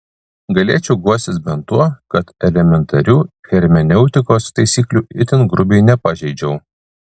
galėčiau guostis bent tuo kad elementarių hermeneutikos taisyklių itin grubiai nepažeidžiau